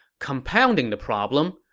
compounding the problem,